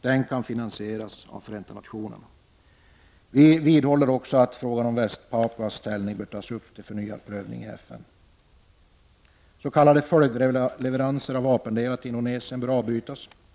Den kan finansieras av Förenta nationerna. Vi vidhåller också att frågan om Västpapuas ställning bör tas upp till förnyad prövning i FN. S.k. följdleveranser av vapendelar till Indonesien bör avbrytas.